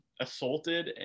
assaulted